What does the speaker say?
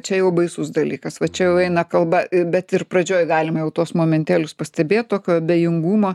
čia jau baisus dalykas va čia jau eina kalba bet ir pradžioj galima jau tuos momentėlius pastebėt tokio abejingumo